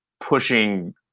pushing